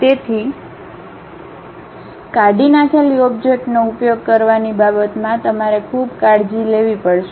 તેથી કાઢી નાખેલી ઓબ્જેક્ટનો ઉપયોગ કરવાની બાબતમાં તમારે ખૂબ કાળજી લેવી પડશે